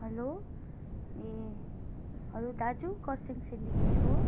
hello ए hello दाजु Kurseong syndicate हो